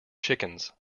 chickens